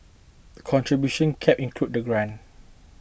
contribution caps include the grant